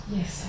Yes